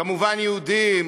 כמובן יהודים,